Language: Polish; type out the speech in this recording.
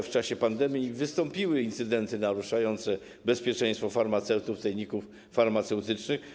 W czasie pandemii wystąpiły incydenty naruszające bezpieczeństwo farmaceutów i techników farmaceutycznych.